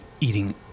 eating